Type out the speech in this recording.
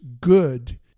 good